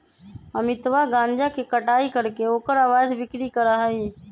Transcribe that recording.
अमितवा गांजा के कटाई करके ओकर अवैध बिक्री करा हई